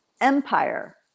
empire